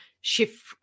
shift